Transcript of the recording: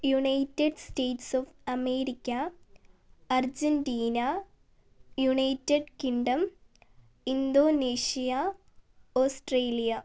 United States of America Argentina United Kingdom Indonesia Australia